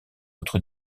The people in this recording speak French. autre